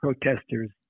Protesters